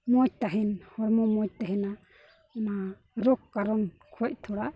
ᱢᱚᱡᱽ ᱛᱟᱦᱮᱱ ᱦᱚᱲᱢᱚ ᱢᱚᱡᱽ ᱛᱟᱦᱮᱱᱟ ᱚᱱᱟ ᱨᱳᱜᱽ ᱠᱟᱨᱚᱱ ᱠᱷᱚᱡ ᱛᱷᱚᱲᱟ